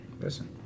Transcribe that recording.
listen